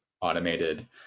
automated